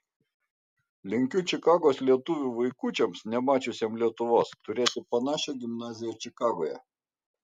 linkiu čikagos lietuvių vaikučiams nemačiusiems lietuvos turėti panašią gimnaziją čikagoje